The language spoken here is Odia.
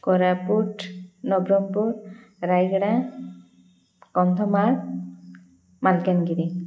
କୋରାପୁଟ ନବରଙ୍ଗପୁର ରାୟଗଡ଼ା କନ୍ଧମାଳ ମାଲକାନଗିରି